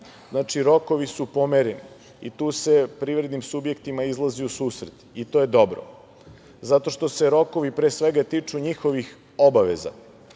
znači rokovi su pomereni i tu se privrednim subjektima izlazi u susret i to je dobro, zato što se rokovi pre svega tiču njihovih obaveza.